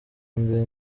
mbere